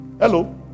Hello